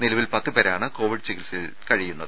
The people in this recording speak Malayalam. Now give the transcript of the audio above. നിലവിൽ പത്തുപേരാണ് കോവിഡ് ചികിത്സയിൽ കഴിയുന്നത്